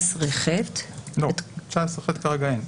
19ח כרגע אין.